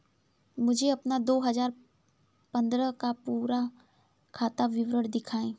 मुझे अपना दो हजार पन्द्रह का पूरा खाता विवरण दिखाएँ?